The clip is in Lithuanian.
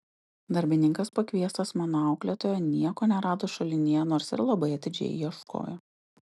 darbininkas pakviestas mano auklėtojo nieko nerado šulinyje nors ir labai atidžiai ieškojo